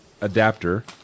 adapter